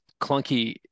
clunky